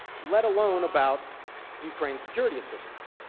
let alone about ukraine's security assistance.